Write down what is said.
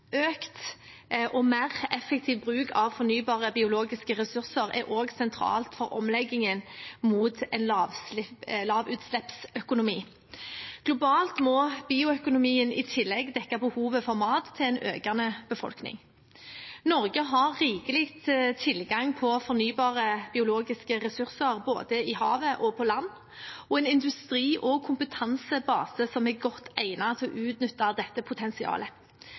Økt og mer effektiv bruk av fornybare biologiske ressurser er også sentralt for omleggingen til en lavutslippsøkonomi. Globalt må bioøkonomien i tillegg dekke behovet for mat til en økende befolkning. Norge har rikelig tilgang på fornybare biologiske ressurser både i havet og på land og en industri og kompetansebase som er godt egnet til å utnytte dette potensialet.